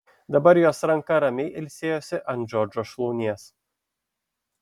dabar jos ranka ramiai ilsėjosi ant džordžo šlaunies